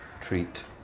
treat